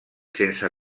sense